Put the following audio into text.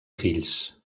fills